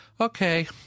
okay